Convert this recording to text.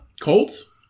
Colts